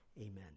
Amen